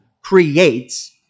creates